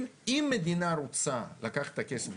אם המדינה רוצה לקחת את הכסף,